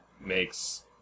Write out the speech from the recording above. makes